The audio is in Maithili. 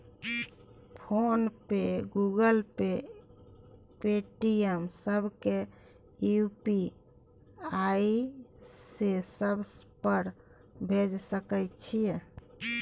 फोन पे, गूगल पे, पेटीएम, सब के यु.पी.आई से सब पर भेज सके छीयै?